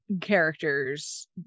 characters